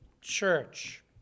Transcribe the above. church